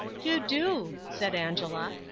you do, said angela.